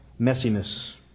messiness